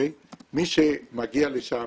מי שמגיע לשם